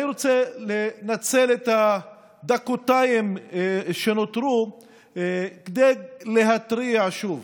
אני רוצה לנצל את הדקתיים שנותרו כדי להתריע שוב